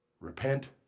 Repent